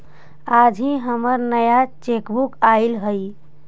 आज ही हमर नया चेकबुक आइल हई